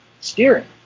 steering